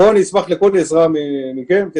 אשמח לכל עזרה מכם.